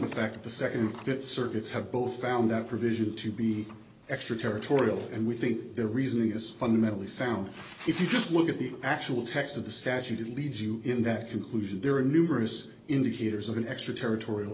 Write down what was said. the fact that the second that circuits have both found that provision to be extraterritorial and we think their reasoning is fundamentally sound if you just look at the actual text of the statute leaves you in that conclusion there are numerous indicators of an extraterritorial